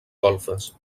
golfes